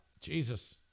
Jesus